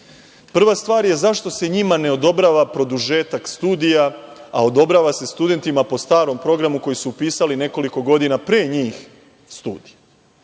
stvar je - zašto se njima ne odobrava produžetak studija, a odobrava se studentima po starom programu koji su upisali nekoliko godina pre njih studije. Dakle,